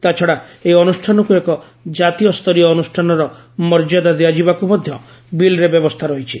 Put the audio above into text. ତା'ଛଡା ଏହି ଅନୁଷ୍ଠାନକୁ ଏକ ଜାତୀୟସ୍ତରୀୟ ଅନୁଷ୍ଠାନର ମର୍ଯ୍ୟାଦା ଦିଆଯିବାକୁ ମଧ୍ୟ ବିଲ୍ରେ ବ୍ୟବସ୍ଥା ରହିଛି